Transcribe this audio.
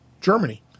Germany